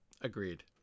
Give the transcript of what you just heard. Agreed